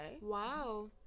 wow